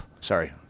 Sorry